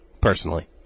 personally